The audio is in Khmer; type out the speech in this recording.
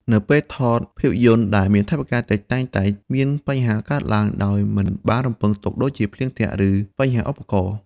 នៅពេលថតភាពយន្តដែលមានថវិកាតិចតែងតែមានបញ្ហាកើតឡើងដោយមិនបានរំពឹងទុកដូចជាភ្លៀងធ្លាក់ ឬបញ្ហាឧបករណ៍។